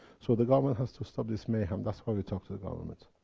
so, the government has to stop this mayhem, that's why we talk to governments.